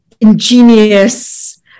ingenious